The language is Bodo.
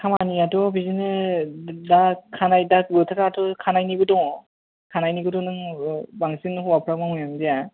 खामानियाथ' बिदिनो दा खानाय दा बोथोराथ' खानायनिबो दं खानायनिखौथ' नों बांसिन हौवाफ्रा मावनायानो जाया